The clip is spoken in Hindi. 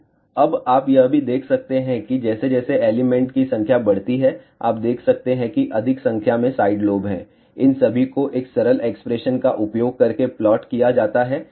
तो अब आप यह भी देख सकते हैं कि जैसे जैसे एलिमेंट की संख्या बढ़ती है आप देख सकते हैं कि अधिक संख्या में साइड लोब हैं इन सभी को एक सरल एक्सप्रेशन का उपयोग करके प्लॉट किया जाता है